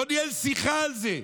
לא ניהל שיחה על זה.